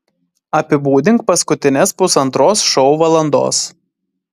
apibūdink paskutines pusantros šou valandos